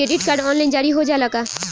Credit card online जारी हो जाला का?